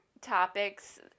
topics